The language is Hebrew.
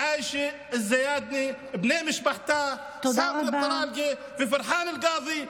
עאישה אל-זיאדנה ובני משפחתה סאמר אל-טלאלקה ופרחאן אלקאדי,